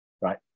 right